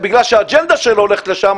בגלל שהאג'נדה שלו הולכת לשם,